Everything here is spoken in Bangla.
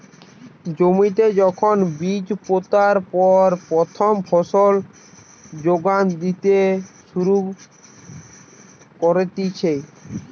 জমিতে যখন বীজ পোতার পর প্রথম ফসল যোগান দিতে শুরু করতিছে